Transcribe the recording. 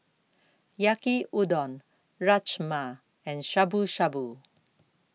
Yaki Udon Rajma and Shabu Shabu